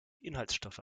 inhaltsstoffe